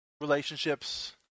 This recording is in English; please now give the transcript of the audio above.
relationships